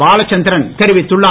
பாலச்சந்திரன் தெரிவித்துள்ளார்